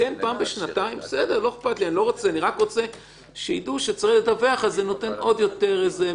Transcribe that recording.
ואנחנו לא נותנים לזה משמעות או התייחסות.